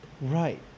Right